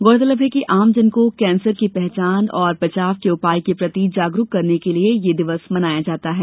गौरतलब है कि आमजन को कैंसर की पहचान और बचाव के उपाय के प्रति जागरुक करने के लिए ये दिवस मनाया जाता है